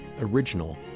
original